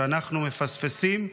שאנחנו מפספסים,